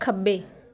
ਖੱਬੇ